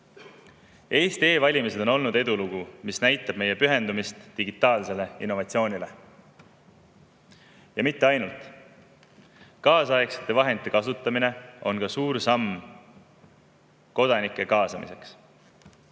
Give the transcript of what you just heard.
Eesti e‑valimised on olnud edulugu, mis näitab meie pühendumist digitaalsele innovatsioonile. Ja mitte ainult. Kaasaegsete vahendite kasutamine on ka suur samm kodanike kaasamiseks.